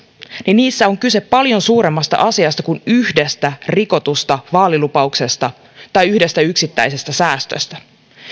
niissä on kyse paljon suuremmasta asiasta kuin yhdestä rikotusta vaalilupauksesta tai yhdestä yksittäisestä säästöstä